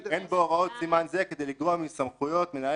"אין בהוראות סימן זה כדי לגרוע מסמכויות מנהלי